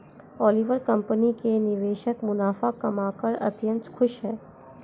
Oliver company के निवेशक मुनाफा कमाकर अत्यंत खुश हैं